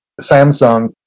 Samsung